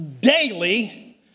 daily